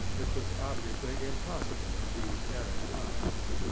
this was obviously impossible in these arid wilds.